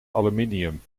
aluminium